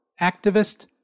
activist